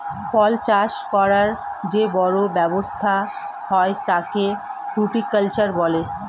ফল চাষ করার যে বড় ব্যবসা হয় তাকে ফ্রুটিকালচার বলে